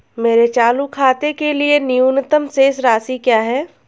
मेरे चालू खाते के लिए न्यूनतम शेष राशि क्या है?